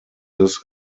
this